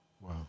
Wow